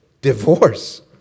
Divorce